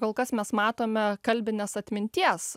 kol kas mes matome kalbinės atminties